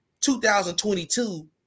2022